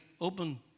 open